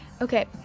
Okay